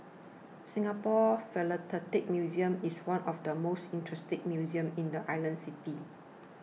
Singapore Philatelic Museum is one of the most interesting museums in the island city